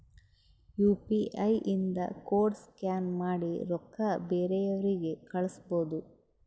you P I ಇಂದ code scan ಮಾಡಿ ರೊಕ್ಕಾ ಬೇರೆಯವ್ರಿಗಿ ಕಳುಸ್ಬೋದ್